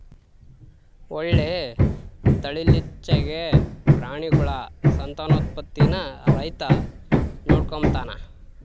ಒಳ್ಳೆ ತಳೀಲಿಚ್ಚೆಗೆ ಪ್ರಾಣಿಗುಳ ಸಂತಾನೋತ್ಪತ್ತೀನ ರೈತ ನೋಡಿಕಂಬತಾನ